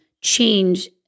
change